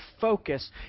focus